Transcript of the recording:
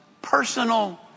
Personal